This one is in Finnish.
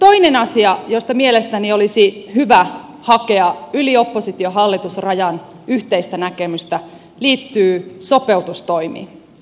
toinen asia josta mielestäni olisi hyvä hakea yli oppositiohallitus rajan yhteistä näkemystä liittyy sopeutustoimiin